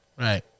Right